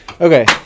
Okay